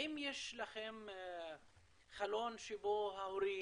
יש לכם פעילות בהפסקות?